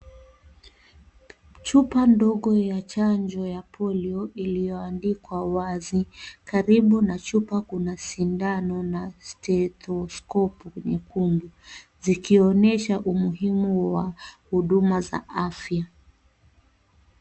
Chupa ndogo ya chanjo ya Polio iliyoandikwa wazi. Karibu na chupa kuna sindano na stethoskopu nyekundu, zikionyesha umuhimu wa huduma za afya.